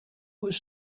was